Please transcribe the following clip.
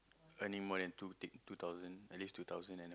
earning more than two thing two thousand at least two thousand and